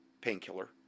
painkiller